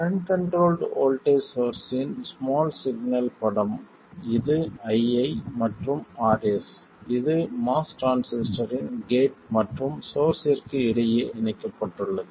current controlled voltage சோர்ஸ்ஸின் small signal படம் இது ii மற்றும் Rs இது MOS டிரான்சிஸ்டரின் கேட் மற்றும் சோர்ஸ்ஸிற்கு இடையே இணைக்கப்பட்டுள்ளது